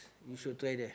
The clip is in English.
you should try there